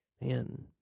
man